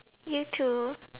you too